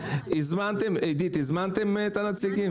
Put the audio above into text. עידית, הזמנתם את הנציגים?